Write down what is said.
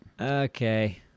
Okay